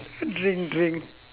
drink drink